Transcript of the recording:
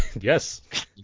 Yes